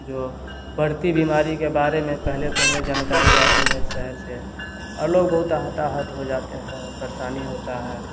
जो बढ़ती बीमारी के बारे में पहले तो हमें जानकारी आती है शहर से और लोग बहुत हताहत हो जाते हैं परेशानी होती है